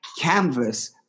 canvas